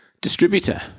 distributor